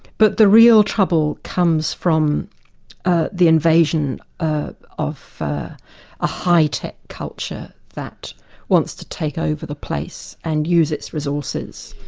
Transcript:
but the real trouble comes from ah the invasion of a high tech culture that wants to take over the place and use its resources,